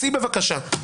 צאי, בבקשה.